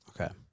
Okay